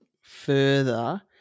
further